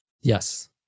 Yes